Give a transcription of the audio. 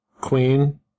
Queen